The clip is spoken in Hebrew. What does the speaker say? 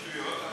שטויות.